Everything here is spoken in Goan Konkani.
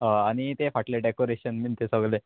हय आनी ते फाटले डेकोरेशन बीन तें सगलें